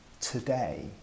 Today